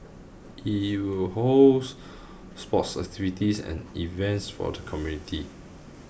it will host sports activities and events for the community